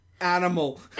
Animal